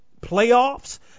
playoffs